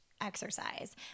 exercise